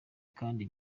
kandi